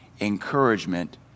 encouragement